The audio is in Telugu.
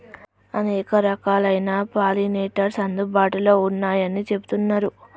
అనేక రకాలైన పాలినేటర్స్ అందుబాటులో ఉన్నయ్యని చెబుతున్నరు